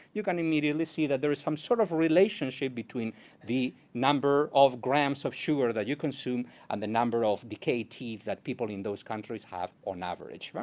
you can immediately see that there is some sort of relationship between the number of grams of sugar that you consume and the number of the decayed teeth that people in those countries have, on average. but